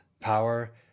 power